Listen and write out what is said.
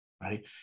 right